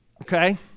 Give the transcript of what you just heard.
Okay